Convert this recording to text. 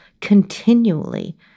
continually